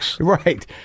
Right